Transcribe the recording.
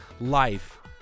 life